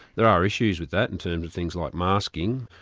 there are issues with that in terms of things like masking,